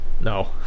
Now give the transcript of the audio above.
No